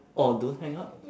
oh don't hang up